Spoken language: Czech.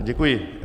Děkuji.